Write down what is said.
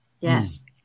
Yes